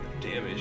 damage